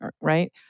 right